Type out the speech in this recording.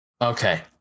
Okay